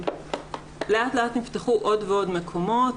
לאט לאט נפתחו עוד ועוד מקומות,